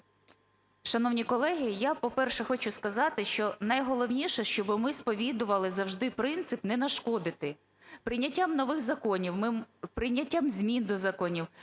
Шановні колеги, я, по-перше, хочу сказати, що найголовніше – щоб ми сповідували завжди принцип "не нашкодити". Прийняттям нових законів, прийняттям змін до законів